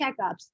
checkups